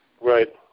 Right